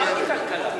אמרתי: כלכלה.